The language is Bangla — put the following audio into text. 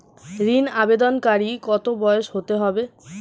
ঋন আবেদনকারী বয়স কত হতে হবে?